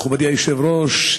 מכובדי היושב-ראש,